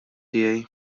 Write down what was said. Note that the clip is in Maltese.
tiegħi